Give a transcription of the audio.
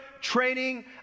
training